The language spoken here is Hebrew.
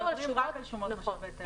שומות מס הכנסה נעשות בנפרד.